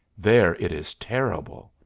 there it is terrible!